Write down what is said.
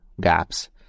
gaps